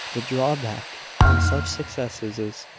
the drawback on such successes is,